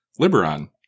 Liberon